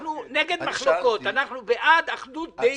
אנחנו נגד מחלוקות, אנחנו בעד אחדות דעים,